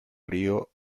río